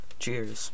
Cheers